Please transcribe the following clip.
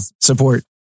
support